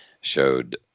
showed